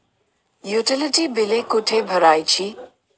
Utility बिले कुठे भरायची?